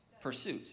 pursuit